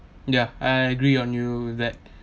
ya I I agree on you that